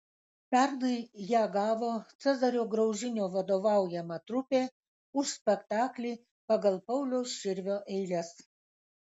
pernai ją gavo cezario graužinio vadovaujama trupė už spektaklį pagal pauliaus širvio eiles